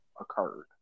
occurred